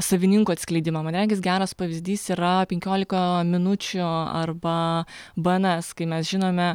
savininko atskleidimą man regis geras pavyzdys yra penkiolika minučių arba bns kai mes žinome